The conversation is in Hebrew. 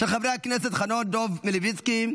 של חברי הכנסת חנוך דב מלביצקי,